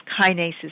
kinases